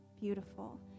beautiful